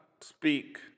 speak